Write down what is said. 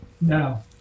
No